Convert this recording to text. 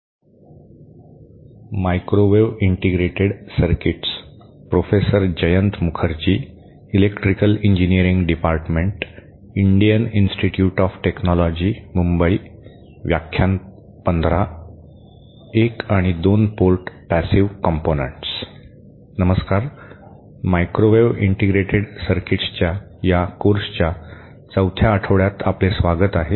नमस्कार microwave integrated सर्किट्सच्या या कोर्सच्या चौथ्या आठवड्यात आपले स्वागत आहे